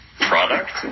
product